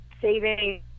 saving